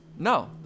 No